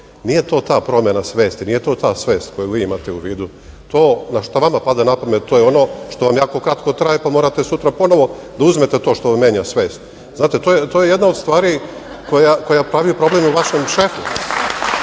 Nije to ta promena svesti, nije to ta svest koju vi imate u vidu. To šta vama pada na pamet, to je ono što vam jako kratko traje, pa morate sutra ponovo da uzmete to što vam menja svest. Znate, to je jedna od stvari koja pravi problem vašem šefu,